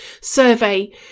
survey